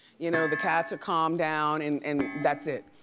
you know the cats are calmed down and and that's it.